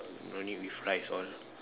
no need with rice all